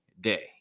day